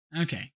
Okay